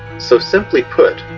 so simply put,